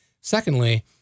Secondly